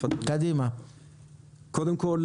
קודם כול,